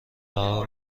رها